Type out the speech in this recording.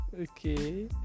okay